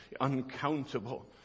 uncountable